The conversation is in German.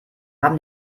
haben